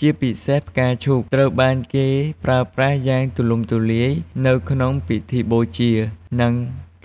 ជាពិសេស ផ្កាឈូក ត្រូវបានគេប្រើប្រាស់យ៉ាងទូលំទូលាយនៅក្នុងពិធីបូជា និង